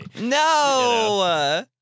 No